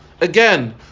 Again